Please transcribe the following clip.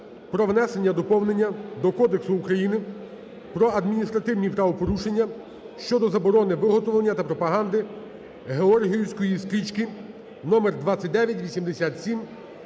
про внесення доповнення до Кодексу України про адміністративні правопорушення щодо заборони виготовлення та пропаганди георгіївської стрічки (номер 2987).